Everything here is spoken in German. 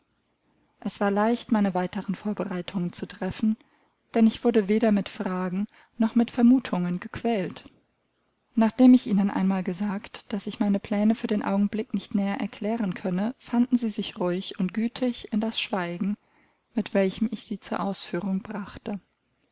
es war leicht meine weiteren vorbereitungen zu treffen denn ich wurde weder mit fragen noch mit vermutungen gequält nachdem ich ihnen einmal gesagt daß ich meine pläne für den augenblick nicht näher erklären könne fanden sie sich ruhig und gütig in das schweigen mit welchem ich sie zur ausführung brachte